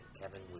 Kevin